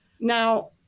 Now